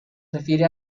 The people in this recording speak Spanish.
refiere